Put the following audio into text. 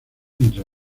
entre